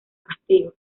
castigo